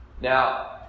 Now